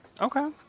Okay